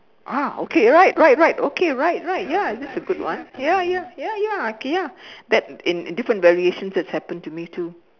ah okay right right right okay right right ya that's a good one ya ya ya ya I can ya that in in different variations has happened to me too